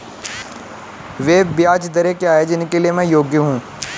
वे ब्याज दरें क्या हैं जिनके लिए मैं योग्य हूँ?